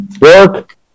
work